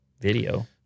Video